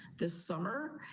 this summer,